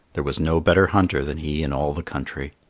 there was no better hunter than he in all the country.